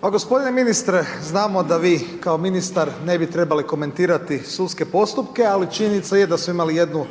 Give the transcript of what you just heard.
A gospodine ministre, znamo da vi kao ministar, ne bi trebali komentirati sudske postupke, ali činjenica je da smo imali jednu